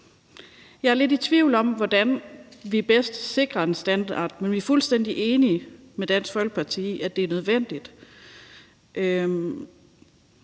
Jeg er lidt i tvivl om, hvordan vi bedst sikrer en standard, men vi er fuldstændig enige med Dansk Folkeparti i, at det er nødvendigt.